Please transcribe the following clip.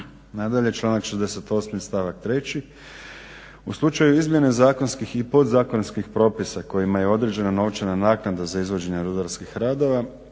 Nadalje, članak 68. stavak 3. u slučaju izmjene zakonskih i podzakonskih propisa kojima je određena novčana naknada za izvođenje rudarskih radova